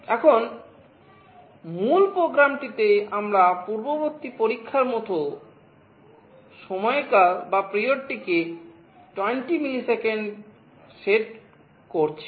এখন মূল প্রোগ্রামটিতে আমরা পূর্ববর্তী পরীক্ষার মতো সময়কালটিকে 20 মিলিসেকেন্ডে সেট করছি